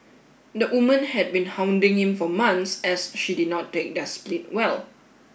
the woman had been hounding him for months as she did not take their split well